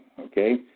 Okay